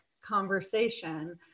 conversation